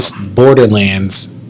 Borderlands